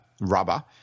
rubber